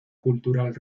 cultural